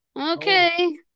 Okay